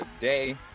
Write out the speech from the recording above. today